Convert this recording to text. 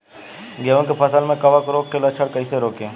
गेहूं के फसल में कवक रोग के लक्षण कईसे रोकी?